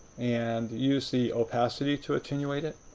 and use the opacity to attenuate it.